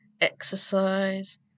exercise